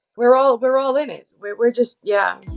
we're all we're all in it. we're we're just yeah